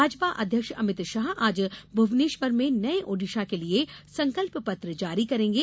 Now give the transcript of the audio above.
भाजपा अध्यक्ष अमित शाह आज भुवनेश्वर में नये ओडिशा के लिए संकल्प पत्र जारी करेंगे